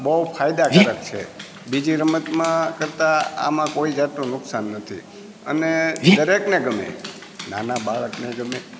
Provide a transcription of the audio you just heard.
બહુ ફાયદાકારક છે બીજી રમતમાં કરતાં આમાં કોઈ જાતનું નુકસાન નથી અને દરેકને ગમે નાના બાળકને ગમે